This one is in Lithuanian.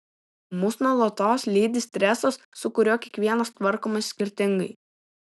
mus nuolatos lydi stresas su kuriuo kiekvienas tvarkomės skirtingai